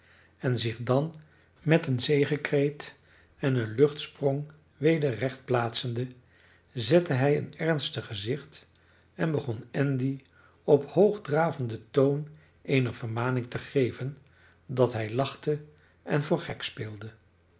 en zich dan met een zegekreet en een luchtsprong weder recht plaatsende zette hij een ernstig gezicht en begon andy op hoogdravenden toon eene vermaning te geven dat hij lachte en voor gek speelde